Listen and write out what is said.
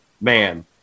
man